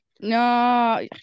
No